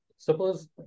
Suppose